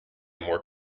more